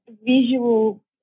visual